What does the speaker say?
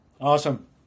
Awesome